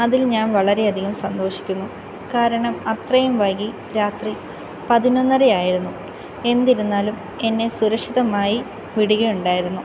അതിൽ ഞാൻ വളരെയധികം സന്തോഷിക്കുന്നു കാരണം അത്രയും വൈകി രാത്രി പതിനൊന്നരയായിരുന്നു എന്നിരുന്നാലും എന്നെ സുരക്ഷിതമായി വിടുകയുണ്ടായിരുന്നു